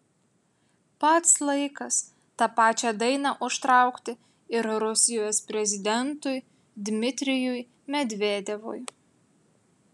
pats laikas tą pačią dainą užtraukti ir rusijos prezidentui dmitrijui medvedevui